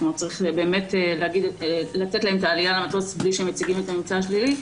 לתת להם עלייה למטוס בלי שהם מציגים את הממצא השלילי.